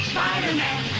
Spider-Man